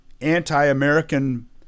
anti-American